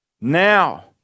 now